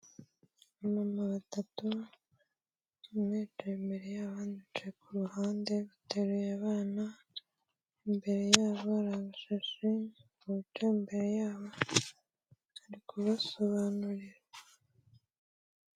Aba mama batatu, umw yicaye imbereye abandi bicaye ku ruhande ateruye abana, uri imbere ishashi muntoki, ari imbere yabo ari kubasobanurira.